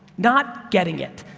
not getting it.